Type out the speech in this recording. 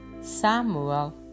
Samuel